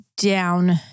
down